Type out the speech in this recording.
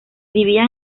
vivía